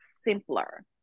simpler